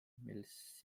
mis